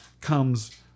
comes